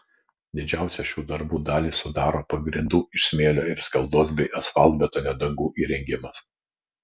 didžiausią šių darbų dalį sudaro pagrindų iš smėlio ir skaldos bei asfaltbetonio dangų įrengimas